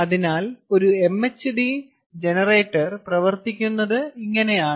അതിനാൽ ഒരു MHD generator പ്രവർത്തിക്കുന്നത് ഇങ്ങനെയാണ്